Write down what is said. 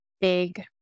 big